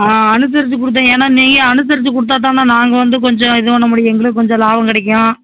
ஆ அனுசரித்து கொடுத்தீங்கன்ன நீங்கள் அனுசரித்து கொடுத்தாத்தான நாங்கள் வந்து கொஞ்சம் இதுவும் நம்மளுக்கு எங்களுக்கு கொஞ்சம் லாபம் கிடைக்கும்